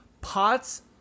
pots